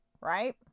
right